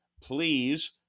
please